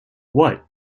what